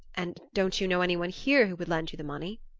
and don't you know any one here who would lend you the money?